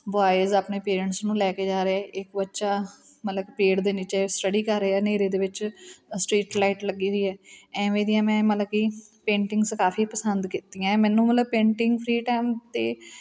boys ਆਪਣੇ parents ਨੂੰ ਲੈ ਕੇ ਜਾ ਰਹੇ ਇੱਕ ਬੱਚਾ ਮਤਲਬ ਪੇੜ ਦੇ ਨੀਚੇ ਸਟੱਡੀ ਕਰ ਰਿਹਾ ਹਨੇਰੇ ਦੇ ਵਿੱਚ ਸਟਰੀਟ ਲਾਈਟ ਲੱਗੀ ਹੋਈ ਹੈ ਐਵੇਂ ਦੀਆਂ ਮੈਂ ਮਤਲਬ ਕਿ ਪੇਂਟਿੰਗਸ ਕਾਫੀ ਪਸੰਦ ਕੀਤੀਆਂ ਏ ਮੈਨੂੰ ਮਤਲਬ ਪੇਂਟਿੰਗ ਫ੍ਰੀ ਟਾਈਮ 'ਤੇ